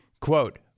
Quote